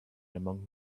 among